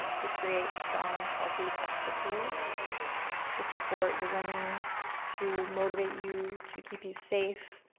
to create strong, healthy practices to support your running to motivate you to keep you safe.